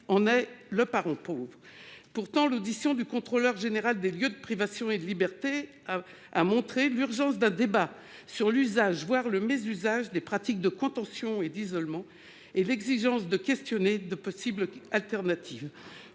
est le parent pauvre de l'Ondam. Pourtant, l'audition de la Contrôleure générale des lieux de privation de liberté a montré l'urgence d'un débat sur l'usage, voire le mésusage, des pratiques de contention et d'isolement et l'exigence d'explorer de possibles alternatives.